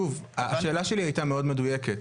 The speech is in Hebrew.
שוב, השאלה שלי, הייתה מאוד מדויקת.